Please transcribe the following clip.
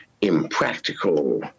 impractical